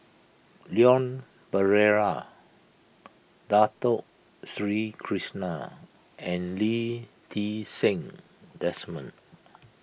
Leon Perera Dato Sri Krishna and Lee Ti Seng Desmond